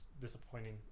disappointing